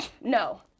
No